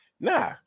Nah